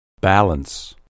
Balance